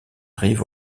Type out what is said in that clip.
rive